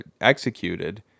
Executed